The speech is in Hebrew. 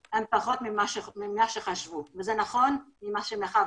מעורב עם נפט והחברות מפיקות את הנפט ומוכנים לפעמים